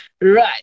right